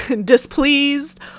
displeased